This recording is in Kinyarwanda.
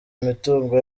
imitungo